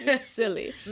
silly